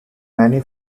many